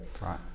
Right